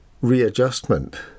readjustment